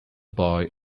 boy